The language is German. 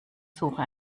suche